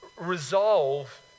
resolve